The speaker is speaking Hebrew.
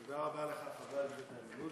תודה רבה לך, חבר הכנסת איימן עודה.